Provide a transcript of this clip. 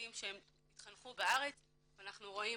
ילדים שהתחנכו בארץ ואנחנו רואים